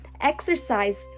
exercise